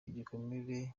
igikomeye